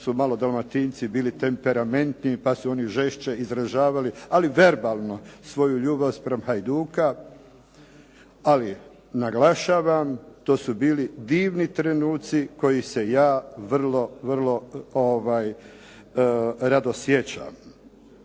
su malo Dalmatinci bili temperamentni pa su oni žešće izražavali, ali verbalno, svoju ljubav spram Hajduka, ali naglašavam to su bili divini trenuci kojih se ja vrlo, vrlo sjećam.